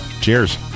cheers